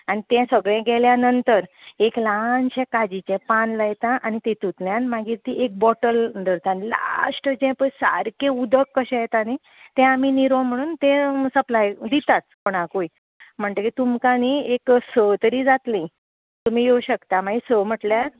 आनी तें सगळें गेल्या नंतर एक ल्हानशें काजीचें पान लायता आनी तेतुंतल्यान मागीर ती एक बॉटल दरता आनी लास्ट जें पळय सारकें उदक कशें येता न्हय तें आमी निरो म्हणून तें सप्लाय दितात कोणाकूय म्हणटकच तुमकां न्हय एक स तरी जातली तुमी येवं शकता मागीर स म्हणल्यार